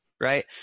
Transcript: right